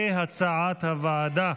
כהצעת הוועדה.